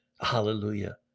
Hallelujah